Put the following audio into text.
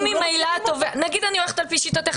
אני הולכת לשיטתך,